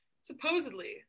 supposedly